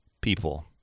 people